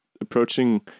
approaching